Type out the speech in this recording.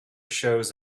shows